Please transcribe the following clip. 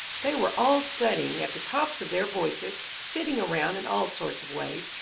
they were all studying at the tops of their voices, sitting around in all sorts of ways,